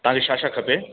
तव्हांखे छा छा खपे